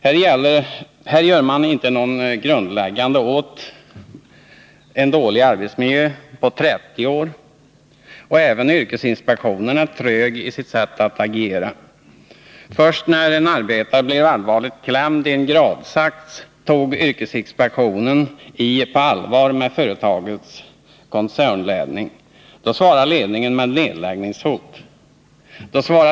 Här gör man inte något grundläggande åt en dålig arbetsmiljö på 30 år, och även yrkesinspektionen är trög i sitt agerande. Först när en arbetare blivit allvarligt klämd i en gradsax tog yrkesinspektionen i på allvar med företagets koncernledning. Då svarar ledningen med nedläggningshot.